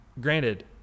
granted